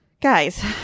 guys